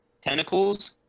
tentacles